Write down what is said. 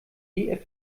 dfb